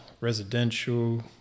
residential